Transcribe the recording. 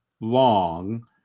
long